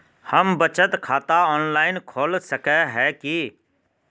हम बचत खाता ऑनलाइन खोल सके है की?